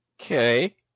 Okay